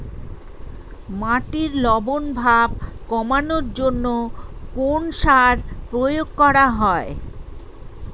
মাটির লবণ ভাব কমানোর জন্য কোন সার প্রয়োগ করা হয়?